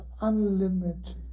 unlimited